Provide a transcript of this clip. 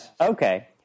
okay